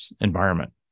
environment